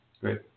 Great